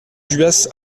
juas